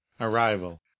Arrival